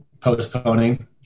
postponing